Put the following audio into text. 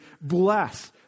bless